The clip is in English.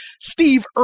Steve